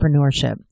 entrepreneurship